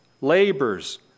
labors